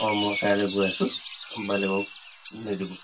অঁ মই কাইলৈ গৈ আছোঁ বেলেগক নিদিব